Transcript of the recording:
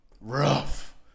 rough